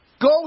Go